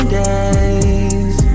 days